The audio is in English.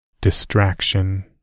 Distraction